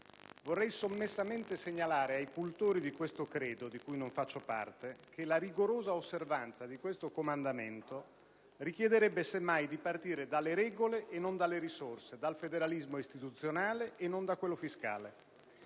Vorrei sommessamente segnalare ai cultori di questo credo, di cui non faccio parte, che la rigorosa osservanza di questo comandamento richiederebbe semmai di partire dalle regole e non dalle risorse, dal federalismo istituzionale e non da quello fiscale